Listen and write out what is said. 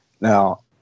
Now